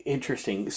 Interesting